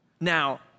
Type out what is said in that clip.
Now